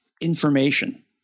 information